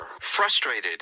Frustrated